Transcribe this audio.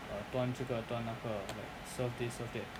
err 端这个端那个 like serve this serve that